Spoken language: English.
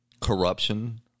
corruption